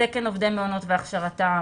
תקן עובדי מעונות והכשרתם,